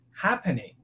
happening